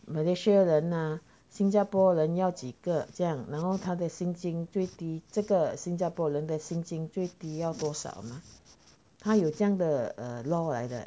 malaysia 人啊新加坡人要几个这样然后他的薪金最低这个新加坡人的薪金最低要多少吗他有这样的 law 来的